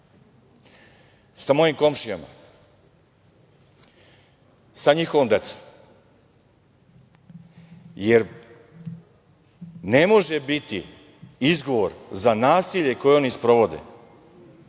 sa mojim komšijama, sa njihovom decom, jer ne može biti izgovor za nasilje koje oni sprovode